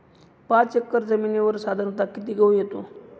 पाच एकर जमिनीवर साधारणत: किती गहू येतो?